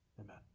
Amen